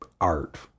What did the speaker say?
art